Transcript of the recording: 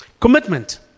Commitment